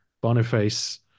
Boniface